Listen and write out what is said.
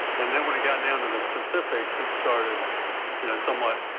and then when we got down to the specifics, it started you know, some what,